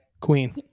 queen